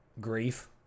grief